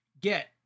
Get